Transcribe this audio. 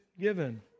given